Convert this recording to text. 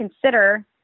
consider